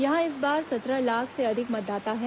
यहां इस बार सत्रह लाख से अधिक मतदाता हैं